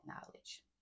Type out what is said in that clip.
knowledge